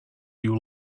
you